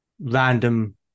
random